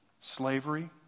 Slavery